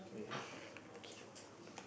okay